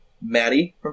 Maddie